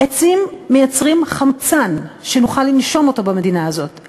עצים מייצרים חמצן כדי שנוכל לנשום במדינה הזאת,